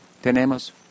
tenemos